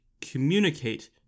communicate